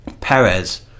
Perez